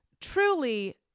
Truly